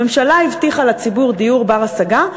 הממשלה הבטיחה לציבור דיור בר-השגה,